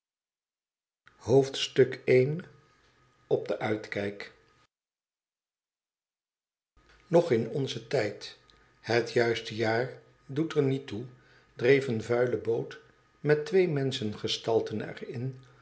op den uitkijk nog in onzen tijd het juiste jaar doet er niet toe dreef eene vuile boot met twee menschengestalten er in